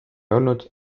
olnud